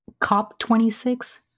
COP26